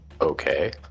okay